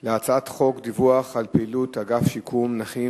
על הצעת חוק דיווח על פעילות אגף שיקום נכים